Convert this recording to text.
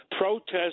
Protest